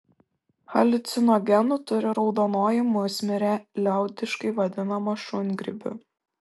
haliucinogenų turi raudonoji musmirė liaudiškai vadinama šungrybiu